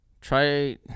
Try